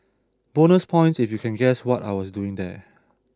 bonus points if you can guess what I was doing there